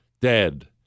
dead